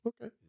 Okay